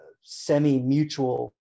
semi-mutual